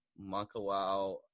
Makawao